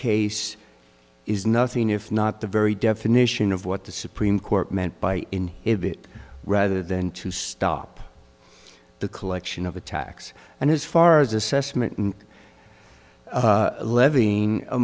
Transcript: case is nothing if not the very definition of what the supreme court meant by inhibit rather than to stop the collection of attacks and as far as assessment and levying